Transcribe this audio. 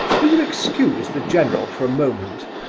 will you excuse the general for a moment?